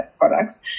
products